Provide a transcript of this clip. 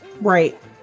Right